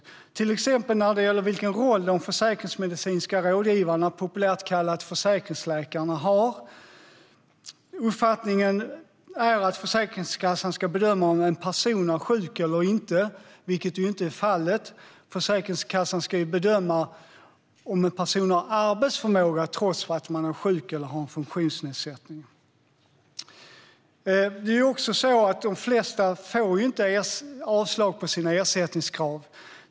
Det gäller till exempel vilken roll de försäkringsmedicinska rådgivarna, populärt kallat försäkringsläkarna, har. Uppfattningen är att Försäkringskassan ska bedöma om en person är sjuk eller inte, vilket inte är fallet. Försäkringskassan ska bedöma om en person har arbetsförmåga, trots att den är sjuk eller har en funktionsnedsättning. Det är också så att de flesta inte får avslag på sina ersättningskrav.